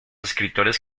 escritores